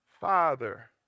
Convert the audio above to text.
father